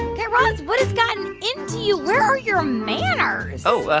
guy raz, what gotten into you? where are your manners? oh, yeah,